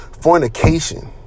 fornication